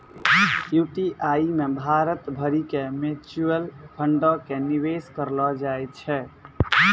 UTI मे भारत भरि के म्यूचुअल फंडो के निवेश करलो जाय छै